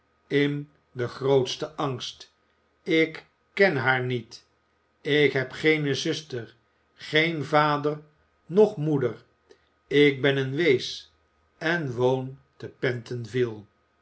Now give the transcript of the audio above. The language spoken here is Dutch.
in den grootsten angst ik ken haar niet ik heb geene zuster geen vader noch moeder ik ben een wees en woon te